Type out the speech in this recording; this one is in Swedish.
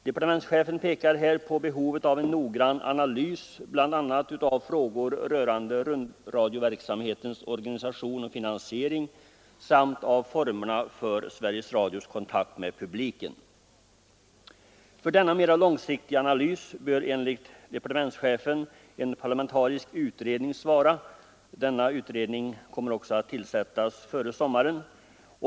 Han pekar på behovet av en noggrann analys, bl.a. av frågor rörande rundradioverksamhetens organisation och finansiering samt formerna för Sveriges Radios kontakt med publiken. För denna mera långsiktiga analys bör, enligt departementschefen, en parlamentarisk utredning svara. En sådan utredning kommer också att tillsättas före sommaren.